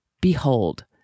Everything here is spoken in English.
Behold